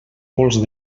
pols